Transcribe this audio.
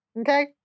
Okay